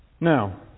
Now